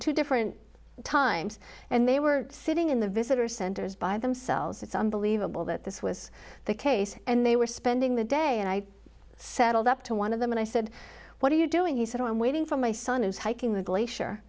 two different times and they were sitting in the visitor centers by themselves it's unbelievable that this was the case and they were spending the day and i saddled up to one of them and i said what are you doing he said i'm waiting for my son who's hiking the glacier